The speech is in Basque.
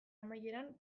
amaieran